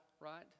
right